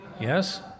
Yes